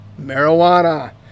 marijuana